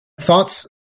Thoughts